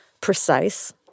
precise